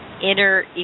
Inner